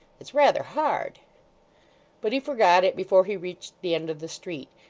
it's rather hard but he forgot it before he reached the end of the street,